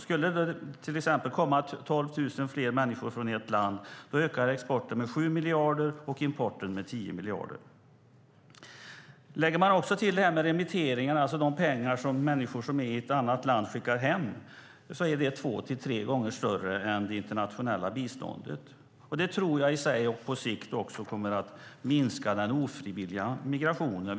Skulle det till exempel komma 12 000 fler människor från ett land ökar exporten med 7 miljarder och importen med 10 miljarder. Man kan också lägga till det här med remitteringarna, alltså de pengar som människor som är i ett annat land skickar hem. Det är två till tre gånger större än det internationella biståndet. Det tror jag i sig och på sikt kommer att minska den ofrivilliga migrationen.